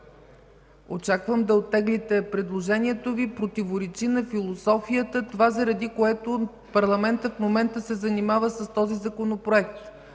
очаквам да оттеглите предложението си. То противоречи на философията – това, заради което парламентът в момента се занимава с този Законопроект